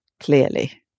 Clearly